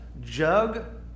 jug